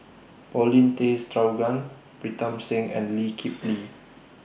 Paulin Tay Straughan Pritam Singh and Lee Kip Lee